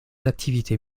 activités